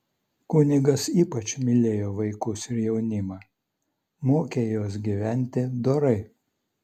kunigas ypač mylėjo vaikus ir jaunimą mokė juos gyventi dorai